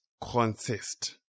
consist